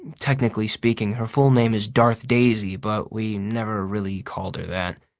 technically speaking, her full name is darth daisy, but we never really called her that.